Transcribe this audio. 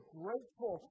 grateful